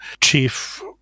chief